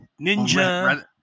ninja